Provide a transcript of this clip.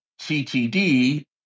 CTD